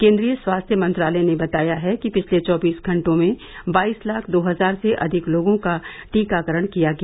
केन्द्रीय स्वास्थ्य मंत्रालय ने बताया है कि पिछले चौबीस घंटों में बाईस लाख दो हजार से अधिक लोगों का टीकाकरण किया गया